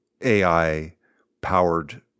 AI-powered